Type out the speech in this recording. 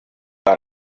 kuri